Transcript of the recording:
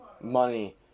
money